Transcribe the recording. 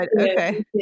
Okay